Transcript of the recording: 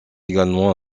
également